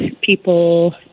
people